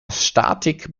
statik